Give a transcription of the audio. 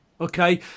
Okay